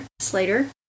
slater